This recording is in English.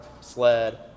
sled